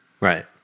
Right